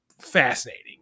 fascinating